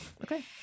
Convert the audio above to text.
Okay